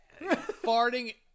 Farting